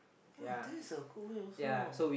that is a good way also